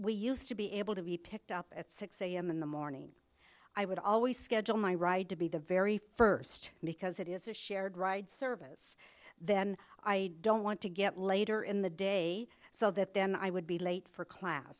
we used to be able to be picked up at six a m in the morning i would always schedule my ride to be the very first because it is a shared ride service then i don't want to get later in the day so that then i would be late for class